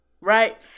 Right